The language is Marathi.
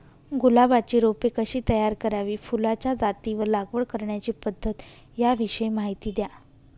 गुलाबाची रोपे कशी तयार करावी? फुलाच्या जाती व लागवड करण्याची पद्धत याविषयी माहिती द्या